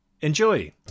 Enjoy